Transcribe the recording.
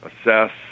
assess